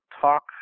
talk